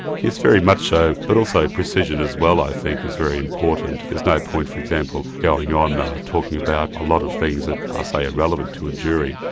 yes, very much so. but also precision as well i think is very important. there's no point for example, going ah on, talking about a lot of things that are, say irrelevant to a jury.